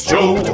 Joe